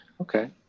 Okay